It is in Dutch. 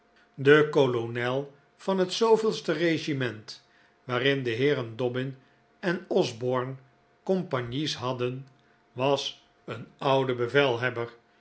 de kolonel van het st e regiment waarin de heeren dobbin en osborne compagnies hadden was een oude bevelhebber